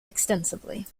extensively